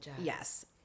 Yes